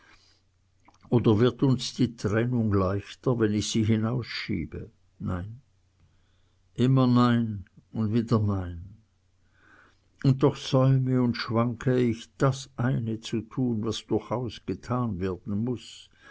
oder wird uns die trennung leichter wenn ich sie hinausschiebe nein immer nein und wieder nein und doch säume und schwanke ich das eine zu tun was durchaus getan werden muß